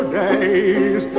days